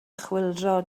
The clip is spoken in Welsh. chwyldro